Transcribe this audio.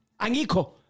Angiko